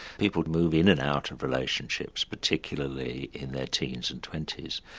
people move in and out of relationships, particularly in their teens and twenties,